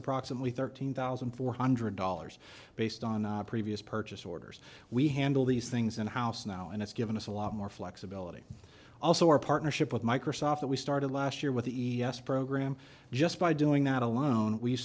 approximately thirteen thousand four hundred dollars based on previous purchase orders we handle these things in the house now and it's given us a lot more flexibility also our partnership with microsoft that we started last year with the e s program just by doing that alone we